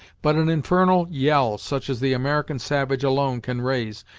but an infernal yell, such as the american savage alone can raise,